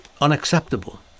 unacceptable